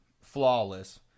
flawless